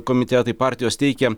komitetai partijos teikia